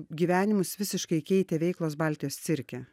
gyvenimus visiškai keitė veiklos baltijos cirke